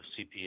CPS